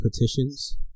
petitions